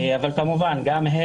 אבל כמובן גם הם,